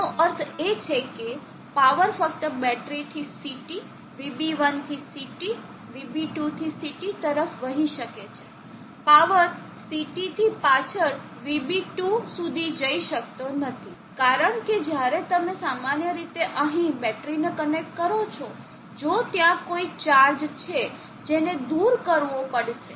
તેનો અર્થ એ છે કે પાવર ફક્ત બેટરીથી CT VB1 થી CT VB2 થી CT તરફ વહી શકે છે પાવર CT થી પાછળ VB2 સુધી જઈ શકતો નથી કારણ કે જ્યારે તમે સામાન્ય રીતે અહીં બેટરીને કનેક્ટ કરો છો જો ત્યાં કોઈ ચાર્જ છે જેને દૂર કરવો પડશે